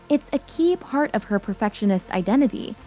it's a key part of her perfectionist identity.